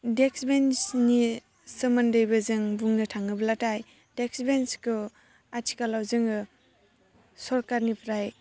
डेक्स बेन्सनि सोमोन्दैबो जों बुंनो थाङोब्लाथाय डेक्स बेन्सखौ आथिखालाव जोङो सरखारनिफ्राय